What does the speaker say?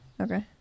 Okay